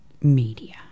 media